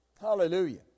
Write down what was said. Hallelujah